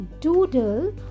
Doodle